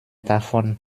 davon